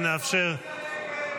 אנחנו עוברים להצבעה.